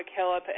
McKillop